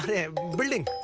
a building.